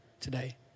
today